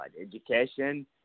education